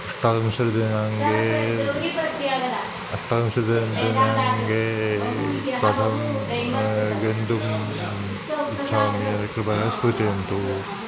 अष्टाविंशतिदिनाङ्के अष्टाविंशतिदिनाङ्के कथं गन्तुम् इच्छामि कृपया सूचयन्तु